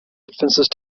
defensive